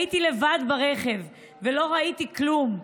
הייתי לבד ברכב ולא ראיתי כלום.